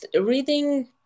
reading